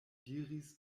diris